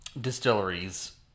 distilleries